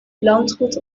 landgoed